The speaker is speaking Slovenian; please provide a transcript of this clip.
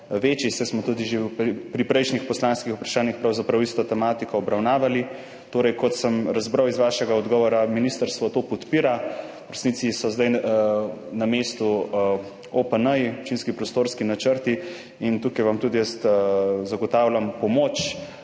večji, saj smo tudi že pri prejšnjih poslanskih vprašanjih pravzaprav isto tematiko obravnavali. Kot sem razbral iz vašega odgovora, ministrstvo to podpira. V resnici so zdaj na mestu OPN-ji, občinski prostorski načrti, in tukaj vam tudi jaz zagotavljam pomoč,